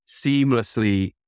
seamlessly